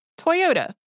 Toyota